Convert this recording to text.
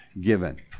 given